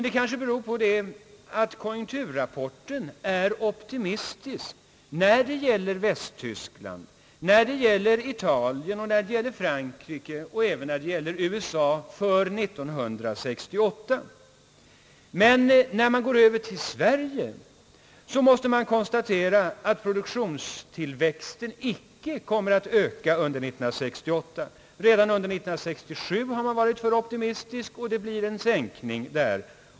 Det kanske beror på att konjunkturrapporten är optimistisk för 1968 när det gäller Västtyskland, när det gäller Italien och när det gäller Frankrike och även när det gäller USA. Men när man går över till Sverige, så måste man konstatera att produktionstillväxten icke kommer att öka under 1968. Redan under 1967 har man varit för optimistisk, och det blir en sänkning där.